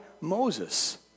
Moses